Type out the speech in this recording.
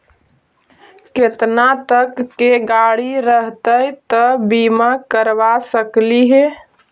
केतना तक के गाड़ी रहतै त बिमा करबा सकली हे?